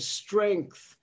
strength